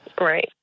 Right